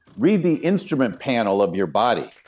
read the instrument panel of your body.